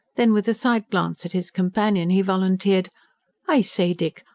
then, with a side-glance at his companion, he volunteered i say, dick,